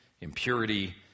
impurity